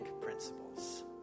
principles